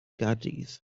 gaerdydd